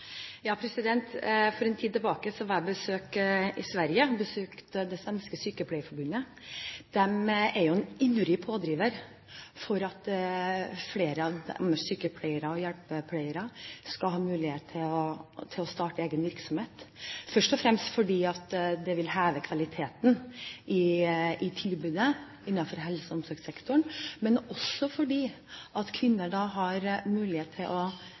For en tid tilbake var jeg i Sverige og besøkte det svenske sykepleierforbundet. De er ivrige pådrivere for at flere av deres sykepleiere og hjelpepleiere skal ha mulighet til å starte egen virksomhet, først og fremst fordi det vil heve kvaliteten i tilbudet innenfor helse- og omsorgssektoren, men også fordi kvinner da har mulighet til å